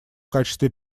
качестве